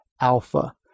alpha